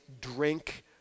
drink